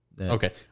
Okay